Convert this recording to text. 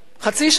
חצי שנה.